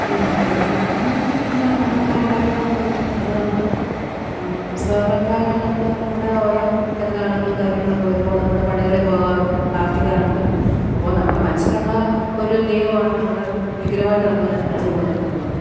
ഈ ദൈവ വിഗ്രഹങ്ങളെന്നുപറഞ്ഞാൽ നമ്മളങ്ങനെ ഉണ്ടാക്കിയിട്ടൊന്നും ഇല്ല പിന്നെ നമ്മൾ ഉത്സവങ്ങൾക്കായിട്ട് നമ്മൾ നമ്മുടെ ഓരോ പെരുന്നാളുകളും കാര്യങ്ങളൊക്കെ വരുമ്പോൾ നമ്മൾ പള്ളികളിൽ പോകാറുണ്ട് പ്രാർത്ഥിക്കാറുണ്ട് അപ്പോൾ നമ്മുടെ മനസ്സിലുള്ള ഒരു ദൈവമാണ് നമ്മുടെ വിഗ്രഹമായിട്ടു നമ്മൾ തന്നെ മനസ്സിൽ കൊണ്ടു നടക്കുന്നത്